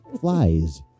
flies